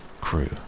Crew